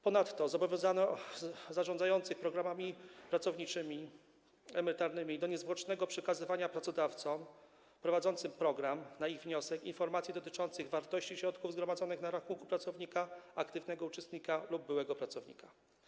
Ponadto zobowiązano zarządzających pracowniczymi programami emerytalnymi do niezwłocznego przekazywania pracodawcom prowadzącym program na ich wniosek informacji dotyczących wartości środków zgromadzonych na rachunku pracownika, aktywnego uczestnika, lub byłego pracownika.